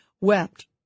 wept